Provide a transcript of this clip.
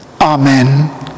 Amen